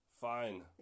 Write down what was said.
fine